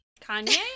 Kanye